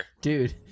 dude